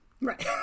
Right